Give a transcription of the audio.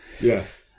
Yes